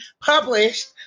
published